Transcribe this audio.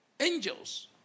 Angels